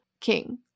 king